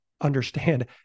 understand